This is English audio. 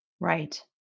Right